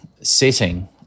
setting